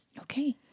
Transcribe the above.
Okay